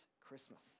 Christmas